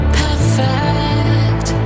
perfect